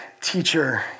teacher